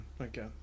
Okay